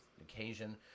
occasion